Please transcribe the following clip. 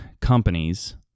companies